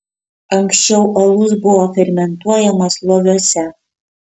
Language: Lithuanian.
anksčiau alus buvo fermentuojamas loviuose